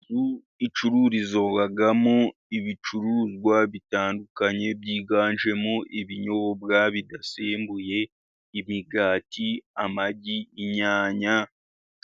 Inzu icururizwamo ibicuruzwa bitandukanye byiganjemo ibinyobwa bidasembuye, imigati, amagi, inyanya,